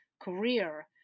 career